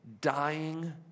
dying